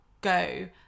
go